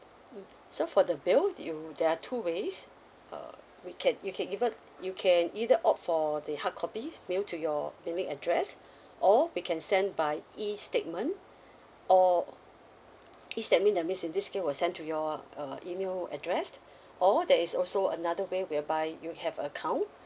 mm so for the bill you there are two ways uh we can you can even you can either opt for the hard copy mail to your mailing address or we can send by E statement or E statement that means in this case will send to your uh email address or that is also another way whereby you have account